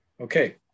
Okay